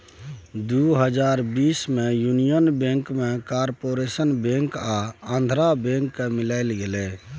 दु हजार बीस मे युनियन बैंक मे कारपोरेशन बैंक आ आंध्रा बैंक केँ मिलाएल गेलै